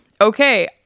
okay